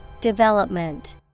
Development